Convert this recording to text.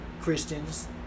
Christians